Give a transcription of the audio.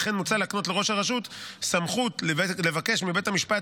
וכן מוצע להקנות לראש הרשות סמכות לבקש מבית המשפט